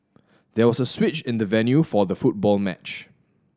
there was a switch in the venue for the football match